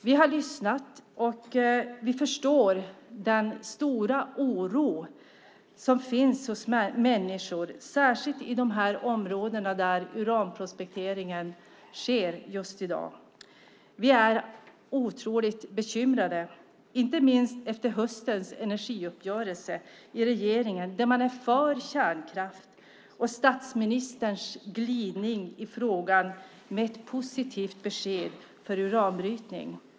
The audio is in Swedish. Vi har lyssnat och vi förstår den stora oro som finns hos människor, särskilt i de områden där uranprospektering sker i dag. Vi är bekymrade, inte minst efter höstens energiuppgörelse i regeringen där man är för kärnkraft och efter statsministerns glidning i frågan med ett positivt besked för uranbrytning.